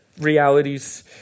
realities